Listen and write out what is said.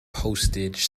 postage